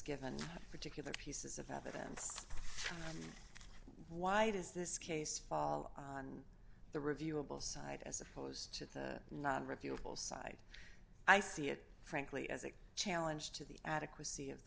given particular pieces of evidence why does this case fall on the reviewable side as opposed to the non reviewable side i see it frankly as a challenge to the adequacy of the